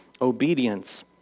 obedience